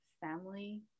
family